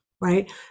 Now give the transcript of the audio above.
right